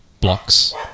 blocks